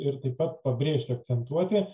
ir taip pat pabrėžti akcentuoti